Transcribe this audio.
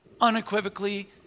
unequivocally